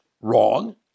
Wrong